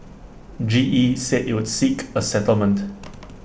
G E said IT would seek A settlement